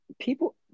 people